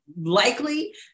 likely